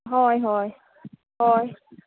हय हय हय